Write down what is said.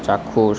চাক্ষুষ